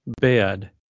bed